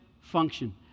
function